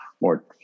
more